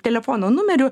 telefono numeriu